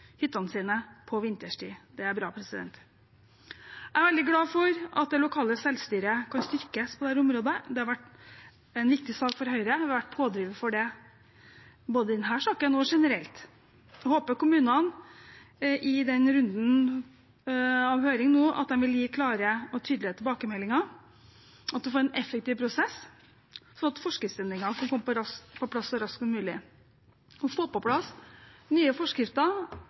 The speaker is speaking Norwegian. hyttene sine på vinterstid. Det er bra. Jeg er veldig glad for at det lokale selvstyret kan styrkes på dette området. Det har vært en viktig sak for Høyre. Vi har vært en pådriver for det både i denne saken og generelt. Jeg håper at kommunene i denne runden med høringer vil gi klare og tydelige tilbakemeldinger, og at vi får en effektiv prosess, sånn at forskriftsendringer kan komme på plass så raskt som mulig. Å få på plass nye forskrifter